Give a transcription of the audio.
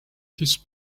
his